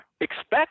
expect